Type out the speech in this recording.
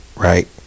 Right